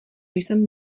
jsem